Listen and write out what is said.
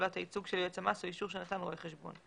פעולת הייצוג של יועץ המס או אישור שנתן רואה חשבון,